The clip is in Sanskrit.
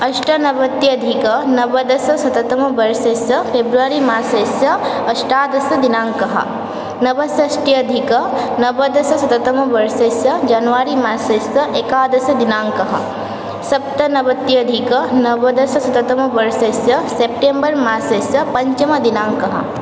अष्टनवत्यधिकं नवदशशततमवर्षस्य फेब्बरि मासस्य अष्टादशदिनाङ्कः नवषष्ठ्यधिकं नवदशशततमवर्षस्य जन्वारि मासस्य एकादशदिनाङ्कः सप्तनवत्यधिकं नवदशशततमवर्षस्य सेप्टेम्बर् मासस्य पञ्चमदिनाङ्कः